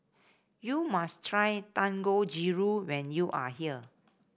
you must try Dangojiru when you are here